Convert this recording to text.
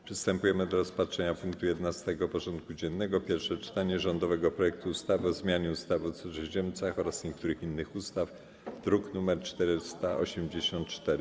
Przystępujemy do rozpatrzenia punktu 11. porządku dziennego: Pierwsze czytanie rządowego projektu ustawy o zmianie ustawy o cudzoziemcach oraz niektórych innych ustaw (druk nr 484)